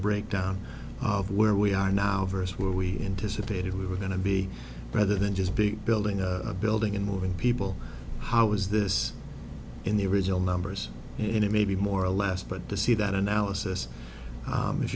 breakdown of where we are now versus where we anticipated we were going to be rather than just big building of a building and moving people how was this in the original numbers and it maybe more or less but the see that analysis